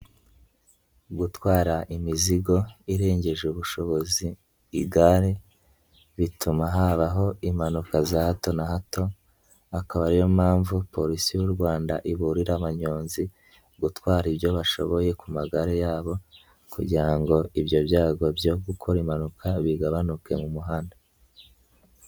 Gutwara imizigo irengeje ubushobozi igare bituma habaho impanuka za hato na hato akaba ariyo mpamvu Polisi y'u Rwanda iburira abanyonzi gutwara ibyo bashoboye ku magare yabo kugira ngo ibyo byago byo gukora impanuka bigabanuke mu muhanda.